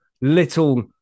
little